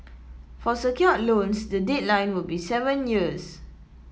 for secured loans the deadline will be seven years